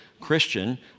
Christian